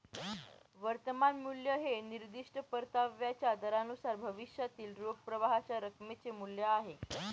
वर्तमान मूल्य हे निर्दिष्ट परताव्याच्या दरानुसार भविष्यातील रोख प्रवाहाच्या रकमेचे मूल्य आहे